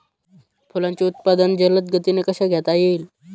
फुलांचे उत्पादन जलद गतीने कसे घेता येईल?